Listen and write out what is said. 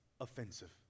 offensive